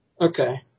Okay